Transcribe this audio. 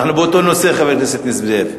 אנחנו באותו נושא, חבר הכנסת נסים זאב.